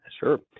Sure